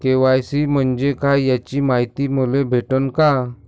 KYC म्हंजे काय याची मायती मले भेटन का?